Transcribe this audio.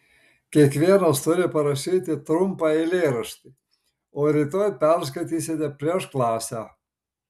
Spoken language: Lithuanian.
kiekvienas turi parašyti trumpą eilėraštį o rytoj perskaitysite prieš klasę